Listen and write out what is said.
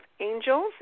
angels